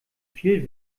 viel